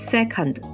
Second